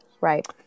Right